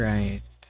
Right